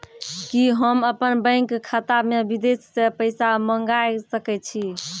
कि होम अपन बैंक खाता मे विदेश से पैसा मंगाय सकै छी?